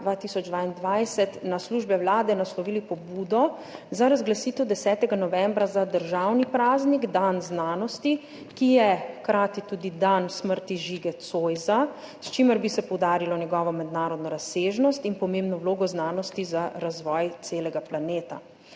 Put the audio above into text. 2022 na službe Vlade naslovili pobudo za razglasitev 10. novembra za državni praznik dan znanosti, ki je hkrati tudi dan smrti Žige Zoisa, s čimer bi se poudarilo njegovo mednarodno razsežnost in pomembno vlogo znanosti za razvoj celega planeta.